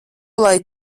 lai